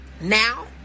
Now